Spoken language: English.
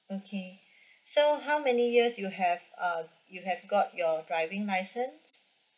okay so how many years you have uh you have got your driving license